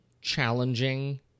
challenging